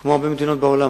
כמו במדינות בעולם.